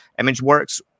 ImageWorks